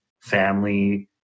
family